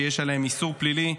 שיש עליהם איסור פלילי,